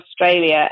Australia